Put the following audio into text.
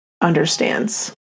understands